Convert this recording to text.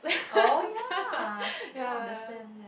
oh ya oh the sem ya